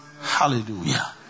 Hallelujah